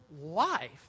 life